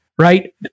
Right